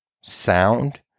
sound